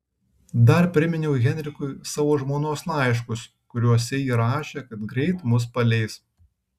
dar priminiau henrikui savo žmonos laiškus kuriuose ji rašė kad greit mus paleis